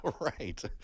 Right